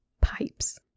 Pipes